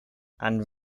and